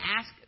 ask